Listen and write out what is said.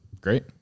Great